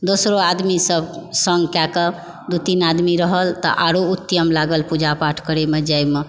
दोसरो आदमी सब सङ्ग कए कऽ दू तीन आदमी रहल तऽ आरो उत्तम लागल पूजा पाठ करयमे जाए मे